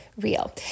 real